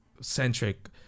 centric